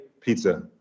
pizza